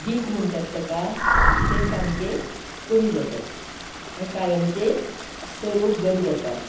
दीख म्हणटात ताका तें सामके कमी जातात कायमचें तो रोग बरो जाता